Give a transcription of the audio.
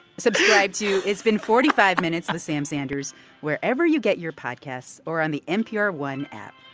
subscribe to it's been forty five minutes with sam sanders wherever you get your podcasts or on the npr one app